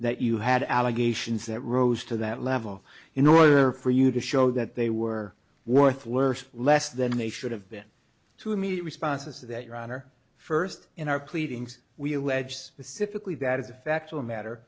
that you had allegations that rose to that level in order for you to show that they were worth worse less than they should have been two immediate responses that your honor first in our pleadings we allege specifically that is a factual matter